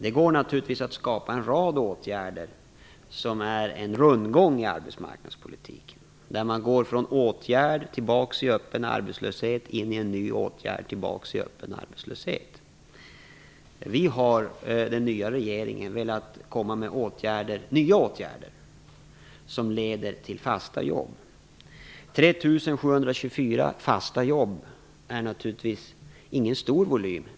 Det går naturligtvis att skapa en rad åtgärder som leder till rundgång i arbetsmarknadspolitiken, dvs. att man går från åtgärd tillbaks till öppen arbetslöshet, in i en ny åtgärd och tillbaks i öppen arbetslöshet. Vi i den nya regeringen har velat komma med nya åtgärder som leder till fasta jobb. 3 724 fasta jobb är naturligtvis ingen stor volym.